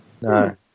No